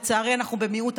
לצערי, אנחנו במיעוט.